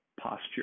posture